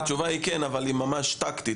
התשובה היא כן, אבל היא ממש טקטית.